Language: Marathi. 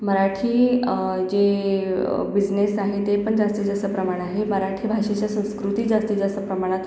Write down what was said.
मराठी जे बिझनेस आहे ते पण जास्तीत जास्त प्रमाण आहे मराठी भाषेच्या संस्कृती जास्तीत जास्त प्रमाणात